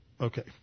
Okay